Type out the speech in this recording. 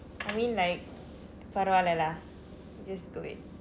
I mean like பரவாயில்ல:paravaayilla lah just do it